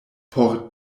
por